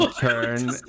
turn